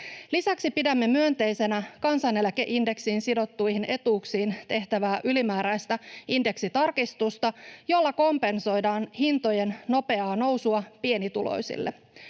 Lisäksi pidämme myönteisenä kansaneläkeindeksiin sidottuihin etuuksiin tehtävää ylimääräistä indeksitarkistusta, jolla kompensoidaan hintojen nopeaa nousua pienituloisille.